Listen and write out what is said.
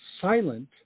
silent